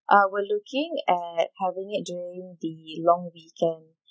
uh we're looking at having it during the long weekend